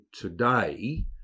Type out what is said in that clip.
today